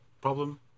problem